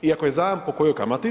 I ako je zajam, po kojoj kamati?